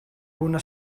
una